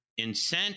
incent